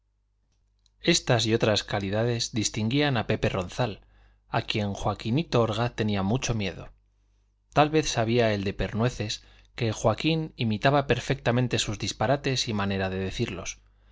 estas y otras calidades distinguían a pepe ronzal a quien joaquinito orgaz tenía mucho miedo tal vez sabía el de pernueces que joaquín imitaba perfectamente sus disparates y manera de decirlos